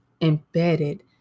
embedded